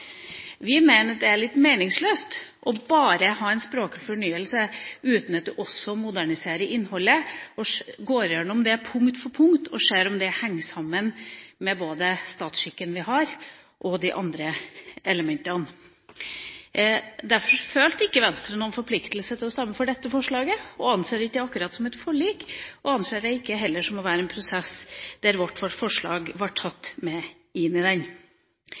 Vi mener det er litt meningsløst bare å ha en språklig fornyelse uten at man også moderniserer innholdet, og går igjennom det punkt for punkt og ser om det henger sammen med både statsskikken som vi har, og med de andre elementene. Derfor følte ikke Venstre noen forpliktelse til å stemme for dette forslaget. Vi anser det ikke akkurat som et forlik, og anser det heller ikke for å være en prosess der vårt forslag ble tatt med inn i den.